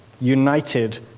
united